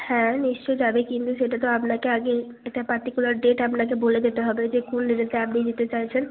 হ্যাঁ নিশ্চয়ই যাবে কিন্তু সেটা তো আপনাকে আগে একটা পার্টিকুলার ডেট আপনাকে বলে দিতে হবে যে কোন ডেটেরটা আপনি নিতে চাইছেন